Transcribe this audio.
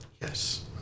Yes